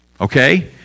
okay